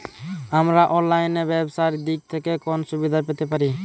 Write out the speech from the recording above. আমরা অনলাইনে ব্যবসার দিক থেকে কোন সুবিধা পেতে পারি?